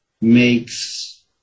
makes